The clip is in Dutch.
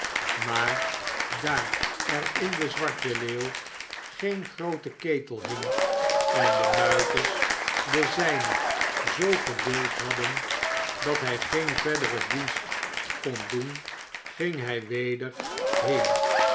maar daar er in de zwarte leeuw geen roote ketel hing en de muiters den zijnen zoo gebult hadden dat hij geen verderen dienst kon doen ging hij weder heen